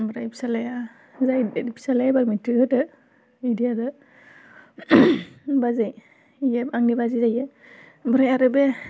ओमफ्राय फिसालाया जा गेदेर फिसालाया ओइबार मेट्रिक होदों इदि आरो बाजै बेयो आंनि बाजै जायो ओमफ्राय आरो बे